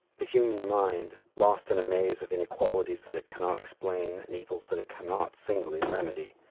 the human mind, lost in a maze of inequalities that it cannot explain and evils that it cannot, singly, remedy,